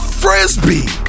frisbee